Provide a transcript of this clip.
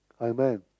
Amen